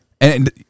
And-